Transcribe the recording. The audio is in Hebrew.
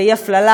ואי-הפללה,